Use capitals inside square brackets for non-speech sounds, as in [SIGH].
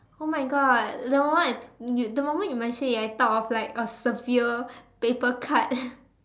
oh my god the moment I the moment you mentioned it I thought of like a severe paper cut [LAUGHS]